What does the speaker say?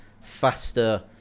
faster